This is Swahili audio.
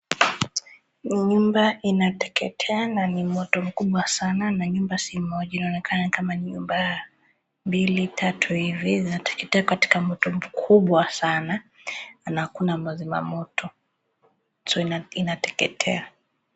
Nyumba inateketea na ni moto mkubwa sana na nyumba si mmoja inaonekana kama ni nyumba mbili tatu hivi zinateketea katika moto mkubwa sana, na hakuna wazima wa moto, so inateketea.